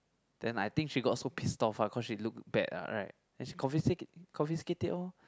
then I think she got so pissed off ah cause she look bad ah right then she confisca~ it confiscate it lor